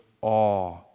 awe